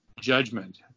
judgment